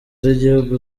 z’igihugu